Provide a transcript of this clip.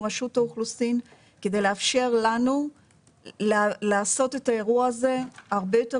רשות האוכלוסין כדי לאפשר לנו לעשות את האירוע הזה הרבה יותר